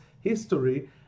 history